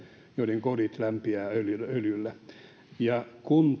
joiden kodit lämpiävät öljyllä öljyllä kun